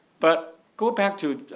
but go back to